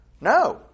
No